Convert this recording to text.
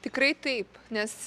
tikrai taip nes